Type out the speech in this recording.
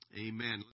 Amen